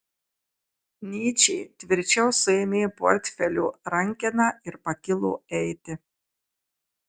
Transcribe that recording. nyčė tvirčiau suėmė portfelio rankeną ir pakilo eiti